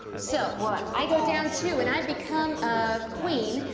so. what. i go down two and i become a queen,